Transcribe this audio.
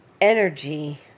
energy